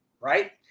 right